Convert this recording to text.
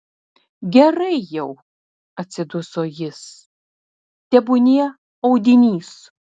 gerai jau atsiduso jis tebūnie audinys